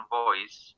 voice